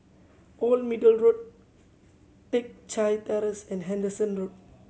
Old Middle Road Teck Chye Terrace and Henderson Road